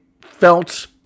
felt